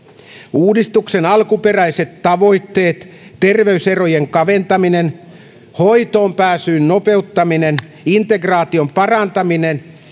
uudistuksen alkuperäiset tavoitteet terveyserojen kaventaminen hoitoonpääsyn nopeuttaminen integraation parantaminen